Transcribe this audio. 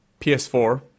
PS4